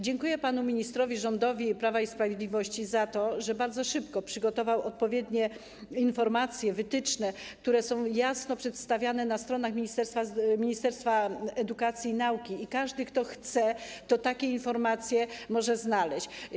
Dziękuję panu ministrowi, rządowi Prawa i Sprawiedliwości za to, że bardzo szybko przygotował odpowiednie informacje, wytyczne, które są jasno przedstawiane na stronach Ministerstwa Edukacji i Nauki i każdy, kto chce, takie informacje może znaleźć.